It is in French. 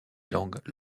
langues